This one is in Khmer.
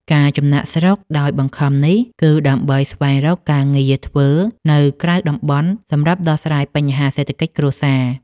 ការចំណាកស្រុកដោយបង្ខំនេះ គឺដើម្បីស្វែងរកការងារធ្វើនៅក្រៅតំបន់សម្រាប់ដោះស្រាយបញ្ហាសេដ្ឋកិច្ចគ្រួសារ។